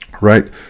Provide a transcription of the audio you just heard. right